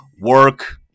Work